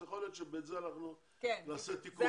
אז יכול היות שבזה נעשה תיקון.